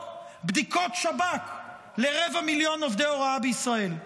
בדיקות שב"כ לרבע מיליון עובדי הוראה בישראל.